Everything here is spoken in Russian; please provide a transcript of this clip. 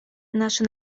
наши